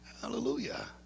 hallelujah